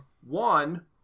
one